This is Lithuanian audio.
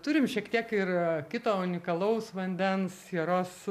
turim šiek tiek ir kito unikalaus vandens sieros